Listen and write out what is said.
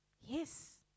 Yes